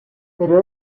pero